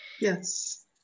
Yes